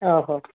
ଓ ହଉ